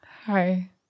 hi